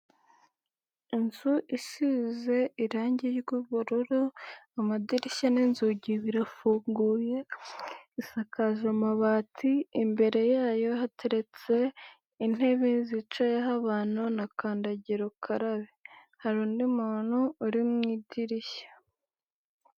Inzu isize irangi ry'uubururu amadirishya n'inzugi birafunguye isakaje amabati imbere yayo hateretse intebe zicaho abantu na kandagira ukarabe, hari undi muntu uri mu idirishya.